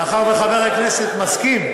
מאחר שחבר הכנסת מסכים,